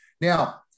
Now